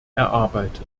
erarbeitet